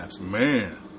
man